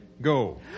Go